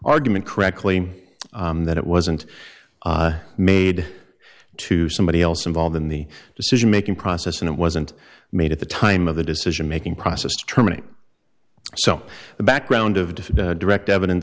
argument correctly that it wasn't made to somebody else involved in the decision making process and it wasn't made at the time of the decision making process to terminate so the background of the direct evidence